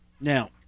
Now